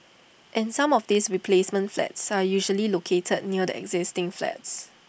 and some of these replacement flats are usually located near the existing flats